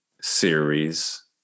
series